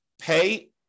pay